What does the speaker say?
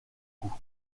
cou